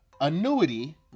annuity